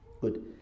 Good